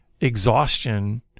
exhaustion